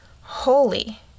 holy